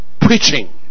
preaching